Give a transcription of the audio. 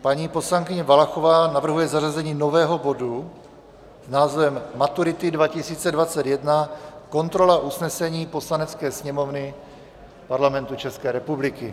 Paní poslankyně Valachová navrhuje zařazení nového bodu s názvem Maturity 2021 kontrola usnesení Poslanecké sněmovny Parlamentu České republiky.